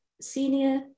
senior